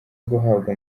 guhabwa